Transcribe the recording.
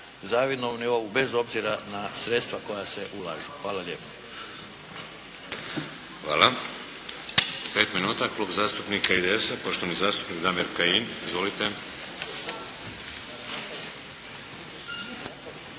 zavidnom nivou bez obzira na sredstva koja se ulažu. Hvala lijepo. **Šeks, Vladimir (HDZ)** Hvala. 5 minuta, Klub zastupnika IDS-a, poštovani zastupnik Damir Kajin. Izvolite.